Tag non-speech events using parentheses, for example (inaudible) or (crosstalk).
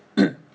(coughs)